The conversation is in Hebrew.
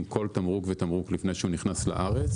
כל תמרוק ותמרוק לפני שהוא נכנס לארץ.